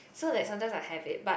so that seldom I had it but